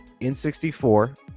N64